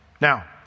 Now